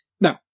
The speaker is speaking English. No